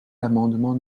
l’amendement